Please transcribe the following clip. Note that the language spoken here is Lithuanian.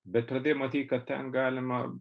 bet pradėjai matyt kad ten galima